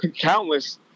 countless